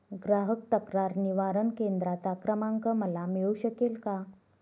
ग्राहक तक्रार निवारण केंद्राचा क्रमांक मला मिळू शकेल का?